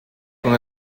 con